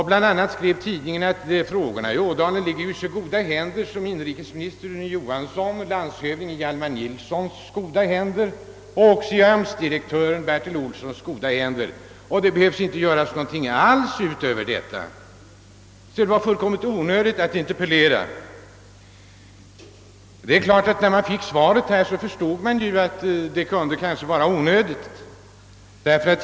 Tidningen skrev bl.a. att saken låg i så goda händer — i sammanhanget nämndes främst inrikesminister Rune Johansson, landshövding Hjalmar Nilsson och AMS-direktören Bertil Olsson — att inga åtgärder alls behövde vidtagas; det var enligt chefredaktörens mening alldeles onödigt att interpellera. När jag fick ta del av svaret på min interpellation förstod jag också varför tidningen tyckte att det var onödigt att interpellera.